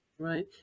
Right